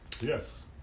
Yes